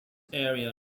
area